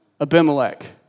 Abimelech